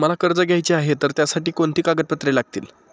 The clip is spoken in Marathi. मला कर्ज घ्यायचे आहे तर त्यासाठी कोणती कागदपत्रे लागतील?